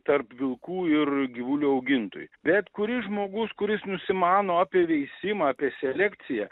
tarp vilkų ir gyvulių augintojų bet kuris žmogus kuris nusimano apie veisimą apie selekciją